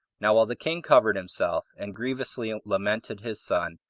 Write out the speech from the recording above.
now while the king covered himself, and grievously lamented his son,